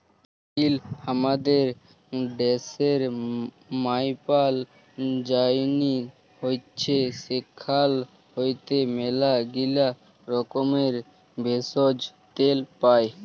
তিল হামাদের ড্যাশের মায়পাল যায়নি হৈচ্যে সেখাল হইতে ম্যালাগীলা রকমের ভেষজ, তেল পাই